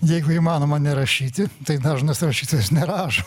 jeigu įmanoma nerašyti tai dažnas rašytojas nerašo